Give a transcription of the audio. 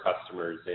customers